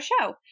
show